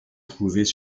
trouvés